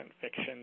fiction